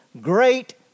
great